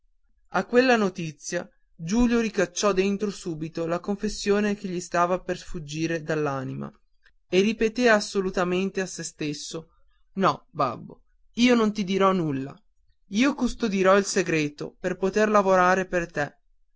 a quella notizia giulio ricacciò dentro subito la confessione che gli stava per fuggire dall'anima e ripeté risolutamente a sé stesso no babbo io non ti dirò nulla io custodirò il segreto per poter lavorare per te